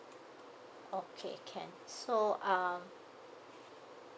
okay can so um